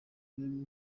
turebe